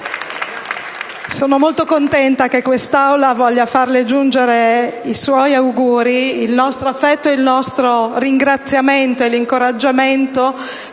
Sono molto contenta che quest'Assemblea voglia farle giungere i nostri auguri, il nostro affetto, il nostro ringraziamento ed incoraggiamento